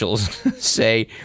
say